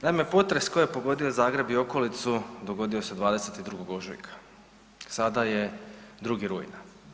Naime, potres koji je pogodio Zagreb i okolicu dogodio se 22. ožujka, sada je 2. rujna.